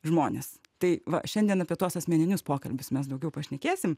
žmones tai va šiandien apie tuos asmeninius pokalbius mes daugiau pašnekėsim